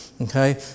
okay